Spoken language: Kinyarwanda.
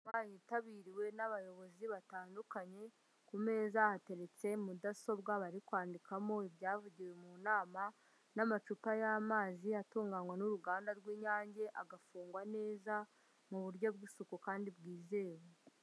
Yitabiriwe n'abayobozi batandukanye ku meza hateretse mudasobwa bari kwandikamo ibyavugiwe mu nama n'amacupa y'amazi atunganywa n'uruganda rw'inyange agafungwa neza mu buryo bw'isuku kandi bwizewe.